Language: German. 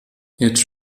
jetzt